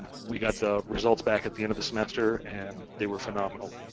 we got the results back at the end of the semester and they were phenomenal,